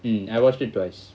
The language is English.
mm I watched it twice